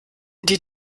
die